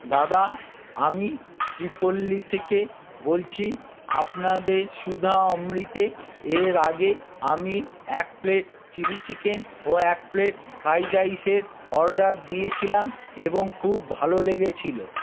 দাদা আমি শ্রীপল্লী থেকে বলছি আপনাদের সুধাঅমৃতে এর আগে আমি এক প্লেট চিলি চিকেন ও এক প্লেট ফ্রাইড রাইসের অর্ডার দিয়েছিলাম এবং খুব ভালো লেগেছিলো